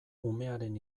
umearen